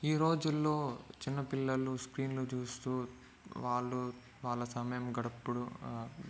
ఈ రోజుల్లో చిన్నపిల్లలు స్క్రీన్లు చూస్తూ వాళ్ళు వాళ్ళ సమయం గడుపుడు